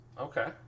Okay